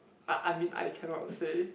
I I mean I cannot say